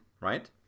right